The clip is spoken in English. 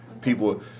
people